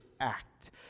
act